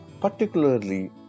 particularly